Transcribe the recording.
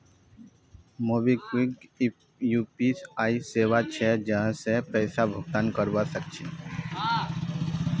MobiKwik UPI सेवा छे जहासे पैसा भुगतान करवा सक छी